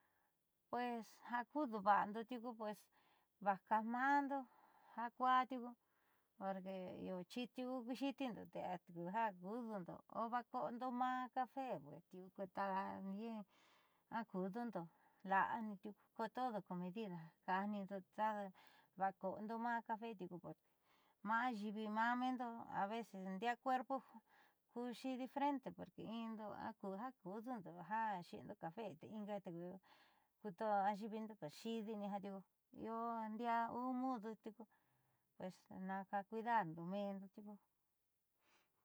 Pues ja kudo va'ando tiuku pues vaakaajmando ja kuaa tiuku porque iio xi'itiu ku ku xiitiindo tee atiuu ja kudundo ovaajko'ondo ma'a cafe porque tiuku taja bien akudundo la'a nitiuku koo todo con medida ka'ajnindo va'ajako'ondo maa café tiuku maa ayiivi maa meendo a veces ndiaa cuerpo kuuxi diferente porque indo akuu ja kuudundo ja xiindo cafe te inga ku ma'a ayi'ivindo xiidini jiaa tiuku io in diaa io mudo tiuku pues naa ka cuidando mendo tiuku.